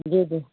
जी जी